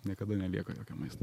niekada nelieka jokio maisto